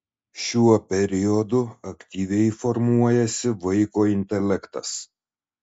šiuo periodu aktyviai formuojasi vaiko intelektas